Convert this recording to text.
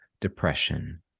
depression